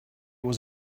was